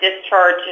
discharge